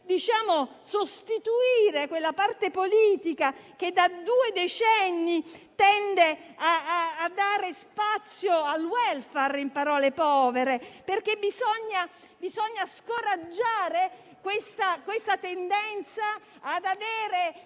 bisogna sostituire quella parte politica che da due decenni tende a dare spazio al *welfare* in parole povere, perché bisogna scoraggiare la tendenza ad avere